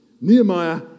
Nehemiah